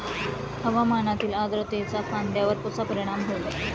हवामानातील आर्द्रतेचा कांद्यावर कसा परिणाम होईल?